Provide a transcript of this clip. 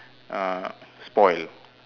uh spoil